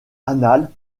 anale